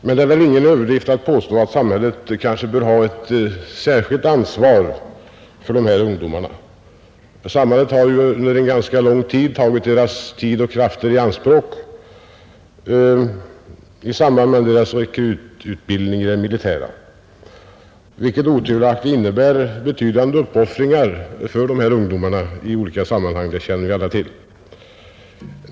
Men det är väl ingen överdrift att påstå att samhället kanske bör ha ett särskilt ansvar för dessa ungdomar. Samhället har ju under en ganska lång period tagit deras tid och krafter i anspråk i samband med deras rekrytutbildning i det militära, vilket otvivelaktigt innebär betydande uppoffringar för de här ungdomarna i olika sammanhang — det känner vi alla till.